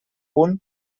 punt